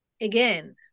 again